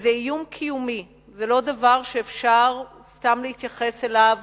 זה איום קיומי, זה לא דבר שאפשר סתם להתייחס אליו